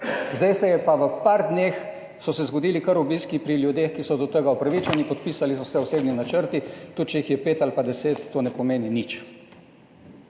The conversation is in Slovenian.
zdaj se je pa v par dneh, so se zgodili kar obiski pri ljudeh, ki so do tega upravičeni, podpisali so se osebni načrti, tudi če jih je pet ali pa deset, to ne pomeni nič.